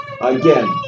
Again